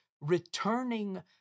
returning